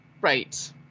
Right